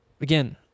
again